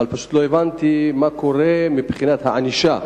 אבל פשוט לא הבנתי מה קורה מבחינת הענישה,